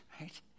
right